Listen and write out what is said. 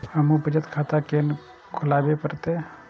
हमू बचत खाता केना खुलाबे परतें?